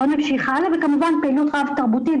כמובן פעילות רב תרבותית,